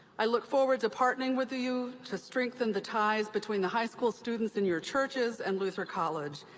i look forward to partnering with you to strengthen the ties between the high school students in your churches and luther college.